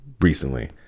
recently